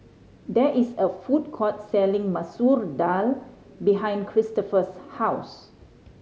there is a food court selling Masoor Dal behind Christopher's house